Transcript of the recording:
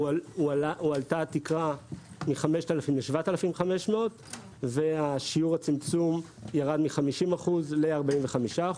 הועלתה התקרה מ-5,000 ל-7,500 ושיעור הצמצום ירד מ-50% ל-45%.